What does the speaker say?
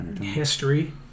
history